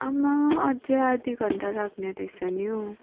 आम्मा अझ आधी घण्टा लाग्ने रहेछ नि हौ